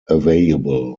available